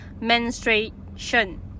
menstruation